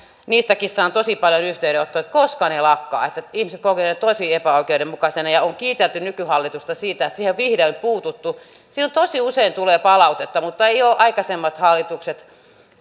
siitäkin saan tosi paljon yhteydenottoja että koska ne lakkaavat ihmiset kokevat nämä tosi epäoikeudenmukaisina ja on kiitelty nykyhallitusta siitä että siihen vihdoin on puututtu siitä tosi usein tulee palautetta mutta eivät ole aikaisemmat hallitukset